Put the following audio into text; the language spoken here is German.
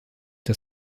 der